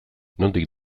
nondik